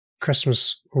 Christmas